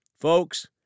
Folks